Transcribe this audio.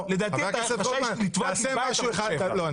לדעתי אתה רשאי לתבוע דיבה את ערוץ 7. לא,